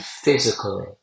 physically